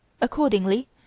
Accordingly